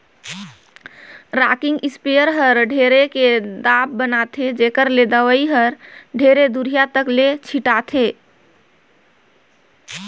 rocking sprayer हर ढेरे के दाब बनाथे जेखर ले दवई हर ढेरे दुरिहा तक ले छिटाथे